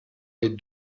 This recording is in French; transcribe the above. les